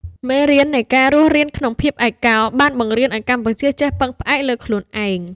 មេរៀននៃការរស់រានក្នុងភាពឯកោ បានបង្រៀនឱ្យកម្ពុជាចេះពឹងផ្អែកលើខ្លួនឯង។